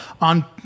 on